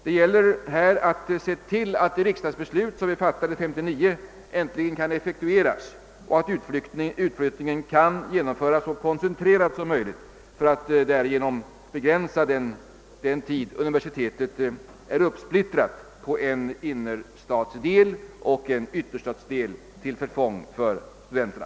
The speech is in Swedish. Det gäller härvid att se till att det riksdagsbeslut som vi fattade 1959 äntligen kan effektueras och att utflyttningen kan genomföras så koncentrerat som möjligt för att därigenom begränsa den tid då universitetet är uppsplittrat på en innerstadsdel och en ytterstadsdel, till förfång för studenterna.